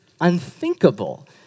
unthinkable